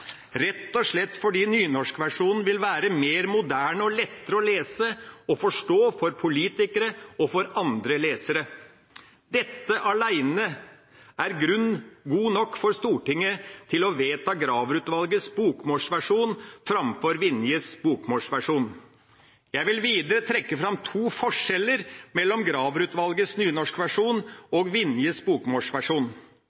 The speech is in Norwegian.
rett og slett fordi nynorskversjonen vil være mer moderne og lettere å lese og forstå for politikere og for andre lesere. Dette er alene grunn god nok for Stortinget til å vedta Graver-utvalgets bokmålsversjon framfor Vinjes bokmålsversjon. Jeg vil videre trekke fram to forskjeller mellom Graver-utvalgets nynorskversjon